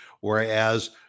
whereas